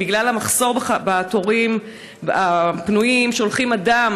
בגלל המחסור בתורים הפנויים שולחים אדם